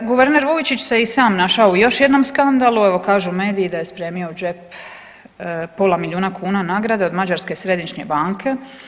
Guverner Vujčić se i sam našao u još jednom skandalu, evo kažu mediji da je spremio u džep pola milijuna kuna nagrade od Mađarske središnje banke.